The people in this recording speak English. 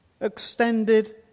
extended